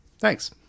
Thanks